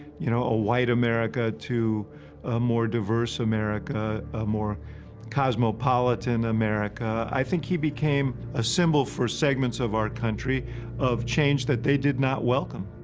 you know, a white america to a more diverse america, a more cosmopolitan america. i think he became a symbol for segments of our country of change that they did not welcome.